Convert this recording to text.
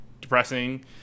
depressing